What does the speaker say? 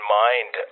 mind